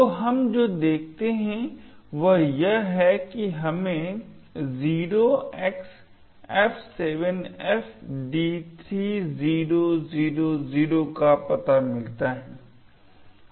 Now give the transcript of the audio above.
तो हम जो देखते हैं वह यह है कि हमें 0xF7FD3000 का पता मिलता है